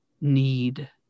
need